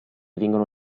vengono